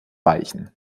weichen